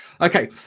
Okay